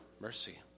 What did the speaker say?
mercy